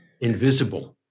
invisible